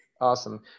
Awesome